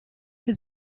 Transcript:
been